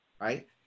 right